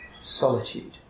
solitude